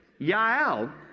Yael